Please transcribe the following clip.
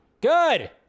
Good